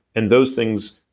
and those things,